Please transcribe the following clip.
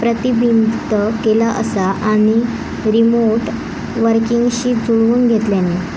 प्रतिबिंबित केला असा आणि रीमोट वर्कींगशी जुळवुन घेतल्यानी